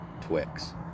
Twix